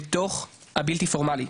בתוך הבלתי פורמלי.